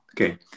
okay